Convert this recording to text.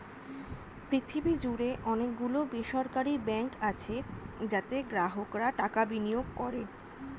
পৃথিবী জুড়ে অনেক গুলো বেসরকারি ব্যাঙ্ক আছে যাতে গ্রাহকরা টাকা বিনিয়োগ করে